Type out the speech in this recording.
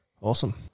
Awesome